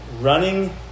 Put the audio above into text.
Running